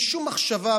בלי שום מחשבה,